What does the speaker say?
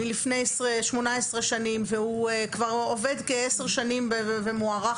מלפני 18 שנים והוא כבר עובד כ-10 שנים והוא מוערך